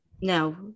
No